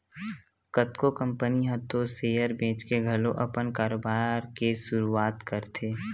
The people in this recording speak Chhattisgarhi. कतको कंपनी ह तो सेयर बेंचके घलो अपन कारोबार के सुरुवात करथे